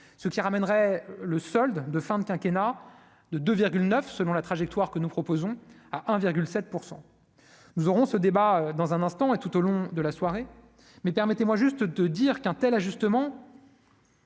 ce qui ramènerait le solde de fin de quinquennat de de neuf selon la trajectoire que nous proposons à 1 virgule 7 % nous aurons ce débat dans un instant et tout au long de la soirée, mais permettez-moi juste de dire qu'un tel ajustements.